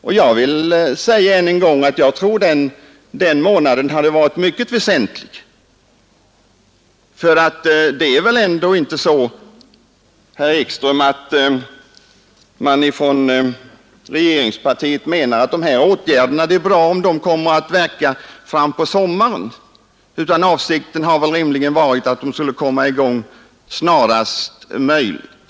Och jag vill än en gång säga att jag tror att den månaden hade varit mycket väsentlig. Det är väl ändå inte så, herr Ekström, att regeringspartiet menar att det är bra om de här åtgärderna börjar verka fram på sommaren? Avsikten har väl rimligen varit att de skulle få effekt snarast möjligt.